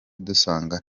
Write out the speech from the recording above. dusanga